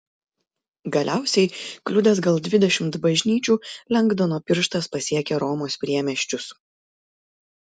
galiausiai kliudęs gal dvidešimt bažnyčių lengdono pirštas pasiekė romos priemiesčius